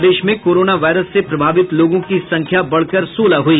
प्रदेश में corona virus से प्रभावित लोगों की संख्या बढ़कर सोलह हुई